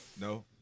No